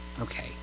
Okay